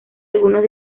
algunos